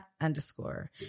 underscore